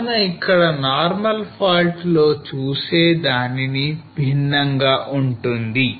కావున ఇక్కడ normal fault లో చూసే దానికి భిన్నంగా ఉంటుంది